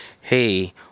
hey